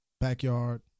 backyard